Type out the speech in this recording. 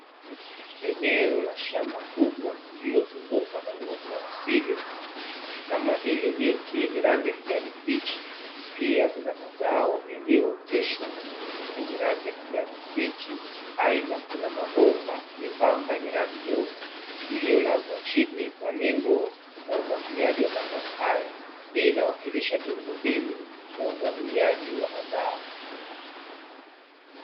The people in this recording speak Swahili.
Eneo la shamba kubwa lililozungukwa na uoto wa asili, kama vile miti yenye rangi ya kijani kibichi, pia kuna mazao yaliyooteshwa yenye rangi ya kijani kibichi, aidha kuna mabomba membamba yenye rangi nyeusi, iliyolazwa chini kwa lengo la umwagiliaji wa mazao hayo. Hii inawakilisha miundombinu ya umwagiliaji wa mazao.